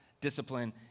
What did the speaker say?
discipline